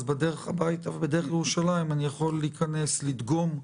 אז בדרך הביתה ובדרך לירושלים אני יכול להיכנס לדגום.